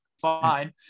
fine